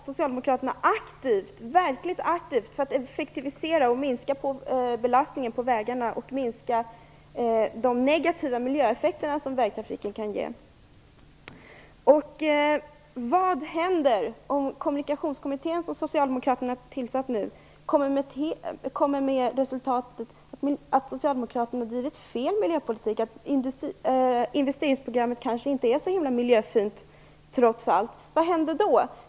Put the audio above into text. Socialdemokraterna nu tillsatt, kommer med resultatet att Socialdemokraterna drivit fel miljöpolitik och att investeringsprogrammet trots allt inte är så miljöfint. Vad händer då?